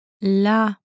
La